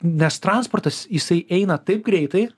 nes transportas jisai eina taip greitai